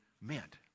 meant